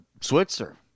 Switzer